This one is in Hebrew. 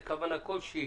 אם יש איזה כוונה כלשהי,